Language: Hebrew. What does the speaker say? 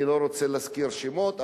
אני לא רוצה להזכיר שמות,